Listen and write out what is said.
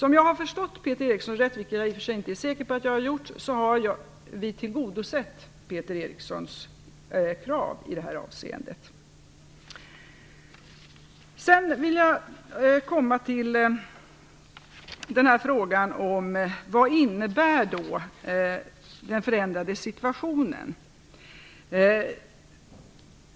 Om jag har förstått Peter Eriksson rätt, vilket jag i och för sig inte är säker på att jag har gjort, har vi tillgodosett Peter Erikssons krav i det här avseendet. Sedan vill jag komma till frågan: Vad innebär då den förändrade situationen?